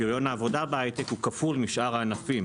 פריון העבודה בהייטק הוא כפול משאר הענפים.